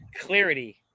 clarity